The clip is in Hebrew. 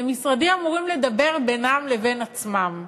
ומשרדי הממשלה אמורים לדבר בינם לבין עצמם.